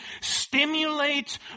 stimulates